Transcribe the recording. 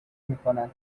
میکنن